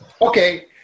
okay